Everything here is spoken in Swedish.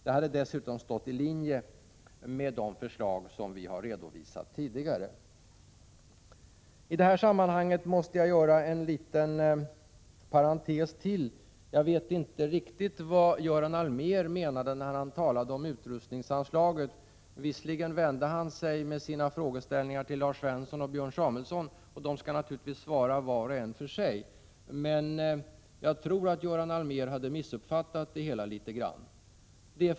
Det hade dessutom legat i linje med de förslag vi tidigare har redovisat. I detta sammanhang måste jag göra en liten parentes. Jag vet inte riktigt vad Göran Allmér menade när han talade om utrustningsanslaget. Han vände sig visserligen till Lars Svensson och Björn Samuelson med sina frågeställningar, och de skall naturligtvis få svara var och en för sig. Jag tror dock att Göran Allmér hade missuppfattat det hela litet grand.